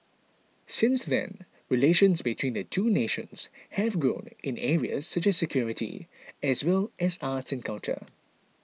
since then relations between the two nations have grown in areas such as security as well as arts and culture